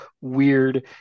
weird